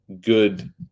good